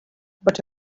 but